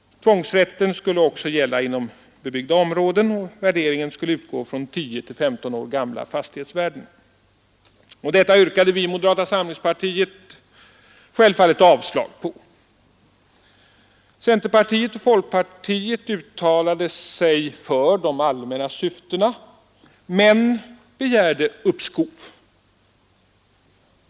Tvångsrätten skulle också gälla inom bebyggda områden, och värderingen skulle utgå från 10—15 år gamla fastighetsvärden. Detta yrkade vi i moderata samlingspartiet självfallet avslag på. Centerpartiet och folkpartiet uttalade sig för de allmänna syftena men begärde uppskov.